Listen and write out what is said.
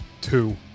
Two